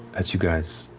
as you guys